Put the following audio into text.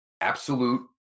absolute